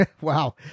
wow